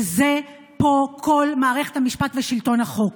וזה פה כל מערכת המשפט ושלטון החוק.